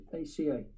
ACA